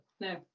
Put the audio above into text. no